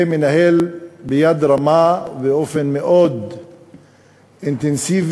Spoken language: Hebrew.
ומנהל ביד רמה ובאופן מאוד אינטנסיבי,